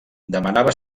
demana